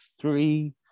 three